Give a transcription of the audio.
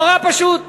נורא פשוט.